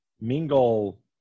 mingle